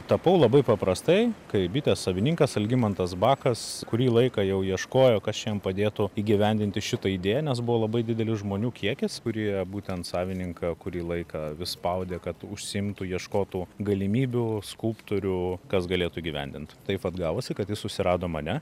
tapau labai paprastai kai bitės savininkas algimantas bakas kurį laiką jau ieškojo kas čia jam padėtų įgyvendinti šitą idėją nes buvo labai didelis žmonių kiekis kurie būtent savininką kurį laiką vis spaudė kad užsiimtų ieškotų galimybių skulptorių kas galėtų įgyvendint taip vat gavosi kad jis susirado mane